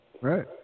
Right